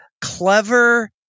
clever